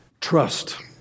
Trust